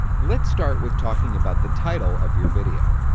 let's start with talking about the title of your video.